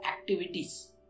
activities